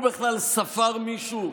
הוא בכלל ספר מישהו?